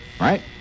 Right